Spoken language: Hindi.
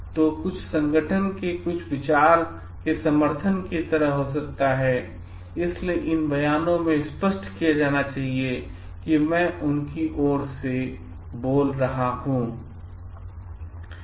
तो यह कुछ संगठन के कुछ विचार के एक समर्थन की तरह हो सकता है इसलिए इन बयानों में स्पष्ट किया जाना चाहिए कि मैं उनकी ओर से बोल रहा हूं